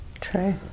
True